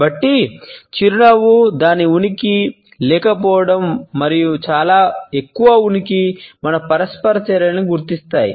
కాబట్టి చిరునవ్వు దాని ఉనికి లేకపోవడం మరియు చాలా ఎక్కువ ఉనికిని మన పరస్పర చర్యలన్నీ గుర్తించాయి